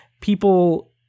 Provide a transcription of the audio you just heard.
people